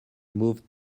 moved